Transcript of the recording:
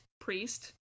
priest